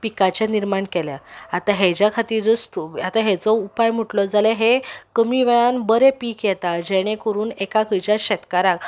पिकाचें निर्माण केल्या आतां हाज्या खातीरूच थ्रू हेजो उपाय म्हुटलो जाल्यार हें कमी वेळान बरें पीक येता जेणे करून एका खंयच्याय शेतकाराक